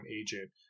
agent